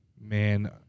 Man